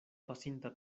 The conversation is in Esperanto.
pasinta